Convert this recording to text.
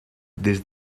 des